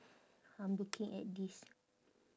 I'm looking at this